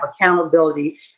accountability